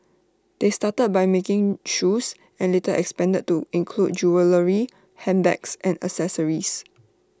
they started by making shoes and later expanded to include jewellery handbags and accessories